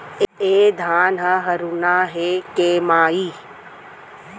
ए धान ह हरूना हे के माई?